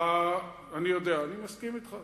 אני יודע, אני מסכים אתך.